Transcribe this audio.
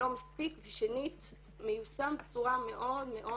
לא מספיק ושנית מיושם בצורה מאוד מאוד